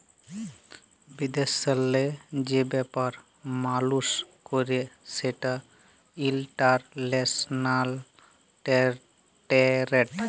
বিদেশেল্লে যে ব্যাপার মালুস ক্যরে সেটা ইলটারল্যাশলাল টেরেড